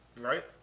Right